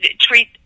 treat